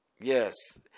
Yes